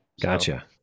Gotcha